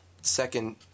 second